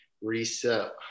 Reset